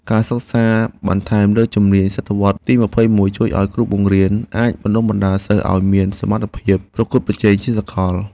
ការសិក្សាបន្ថែមលើជំនាញសតវត្សទីម្ភៃមួយជួយឱ្យគ្រូបង្រៀនអាចបណ្តុះបណ្តាលសិស្សឱ្យមានសមត្ថភាពប្រកួតប្រជែងជាសកល។